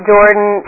Jordan